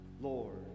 Lord